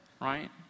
right